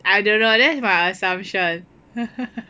I don't know that's my assumption